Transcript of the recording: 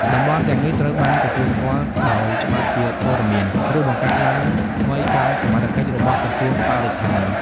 តំបន់ទាំងនេះត្រូវបានទទួលស្គាល់ដោយច្បាប់ជាធរមាន ឬបង្កើតឡើងថ្មីក្រោមសមត្ថកិច្ចរបស់ក្រសួងបរិស្ថាន។